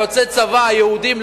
יוצאי צבא יהודים,